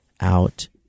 out